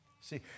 See